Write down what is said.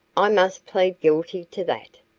i must plead guilty to that,